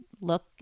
look